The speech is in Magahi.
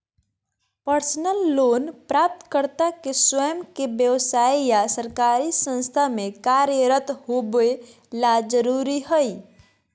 पर्सनल लोन प्राप्तकर्ता के स्वयं के व्यव्साय या सरकारी संस्था में कार्यरत होबे ला जरुरी हइ